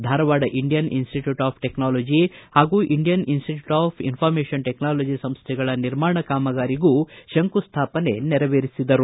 Dharwad Indian institute of technology ಹಾಗೂ Indian institute of information technology ಸಂಸ್ಥೆಗಳ ನಿರ್ಮಾಣ ಕಾಮಗಾರಿಗೂ ಶಂಕುಸ್ಥಾಪನೆ ನೆರವೇರಿಸಿದರು